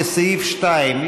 לסעיף 2,